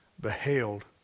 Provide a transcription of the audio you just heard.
beheld